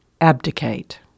abdicate